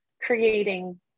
creating